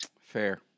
Fair